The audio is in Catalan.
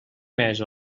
més